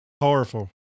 Powerful